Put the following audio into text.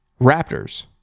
Raptors